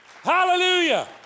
Hallelujah